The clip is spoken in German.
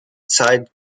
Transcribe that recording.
zeit